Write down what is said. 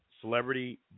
celebrity